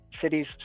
Cities